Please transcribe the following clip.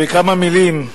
בכמה מלים,